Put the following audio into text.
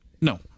No